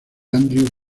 andrew